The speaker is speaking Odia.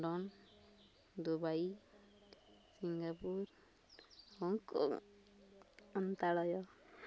London Dubai Singapore Hong Kong